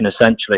essentially